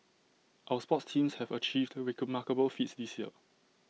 our sports teams have achieved remarkable feats this year